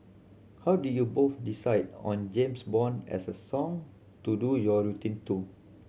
how did you both decide on James Bond as a song to do your routine to